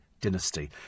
dynasty